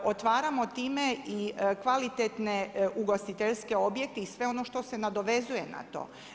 Otvaramo time i kvalitetne ugostiteljske objekte i sve ono što se nadovezuje na to.